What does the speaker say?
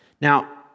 Now